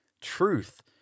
truth